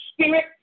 Spirit